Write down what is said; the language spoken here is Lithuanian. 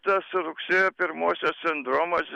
tas rugsėjo pirmosios sindromas